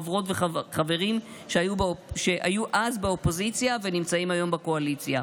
חברות וחברים שהיו אז באופוזיציה ונמצאים היום בקואליציה,